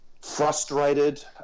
frustrated